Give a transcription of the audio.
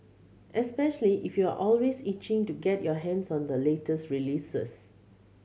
especially if you're always itching to get your hands on the latest releases